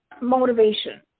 motivation